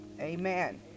Amen